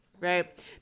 right